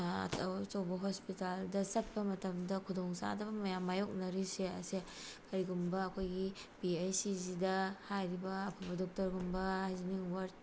ꯑꯆꯧ ꯑꯆꯧꯕ ꯍꯣꯁꯄꯤꯇꯥꯜꯗ ꯆꯠꯄ ꯃꯇꯝꯗ ꯈꯨꯗꯣꯡꯆꯥꯗꯕ ꯃꯌꯥꯝ ꯃꯥꯏꯌꯣꯛꯅꯔꯤꯁꯦ ꯑꯁꯦ ꯀꯔꯤꯒꯨꯝꯕ ꯑꯩꯈꯣꯏꯒꯤ ꯄꯤ ꯍꯩꯆ ꯁꯤꯁꯤꯗ ꯍꯥꯏꯔꯤꯕ ꯑꯐꯕ ꯗꯣꯛꯇꯔꯒꯨꯝꯕ ꯍꯥꯏꯖꯅꯤꯛ ꯋꯥꯔꯠ